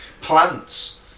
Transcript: plants